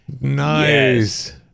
Nice